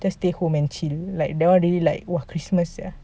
just stay home and chill that [one] really like !wah! christmas sia